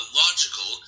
logical